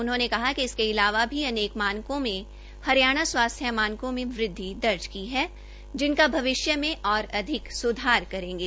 उन्होंने कहा कि इसके अलावा भी अनेक मानकों में हरियाणा स्वास्थ्य मानकों में वृद्धि दर्ज की है जिनका भविष्य में और अधिक सुधार करेंगे